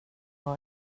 var